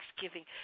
thanksgiving